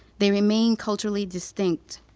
they remain culturally distinct.